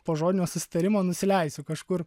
po žodinio susitarimo nusileisiu kažkur